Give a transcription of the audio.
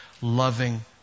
loving